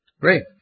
Great